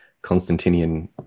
Constantinian